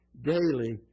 daily